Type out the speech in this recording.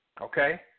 Okay